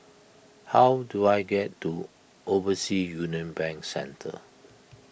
how do I get to Overseas Union Bank Centre